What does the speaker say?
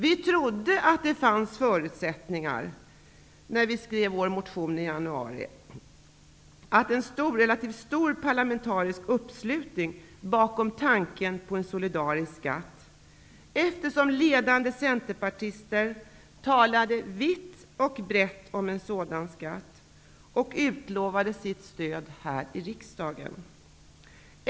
Vi socialdemokrater trodde när vi skrev vår motion i januari att det fanns förutsättningar för och en stor parlamentarisk uppslutning bakom tanken på en solidarisk skatt. Ledande centerpartister talade nämligen vitt och brett om en sådan skatt. De utlovade också sitt stöd här i riksdagen.